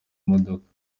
modoka